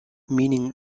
meaning